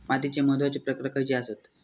मातीचे महत्वाचे प्रकार खयचे आसत?